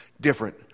different